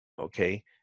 okay